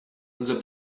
unser